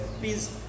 Please